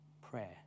prayer